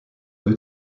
deux